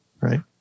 right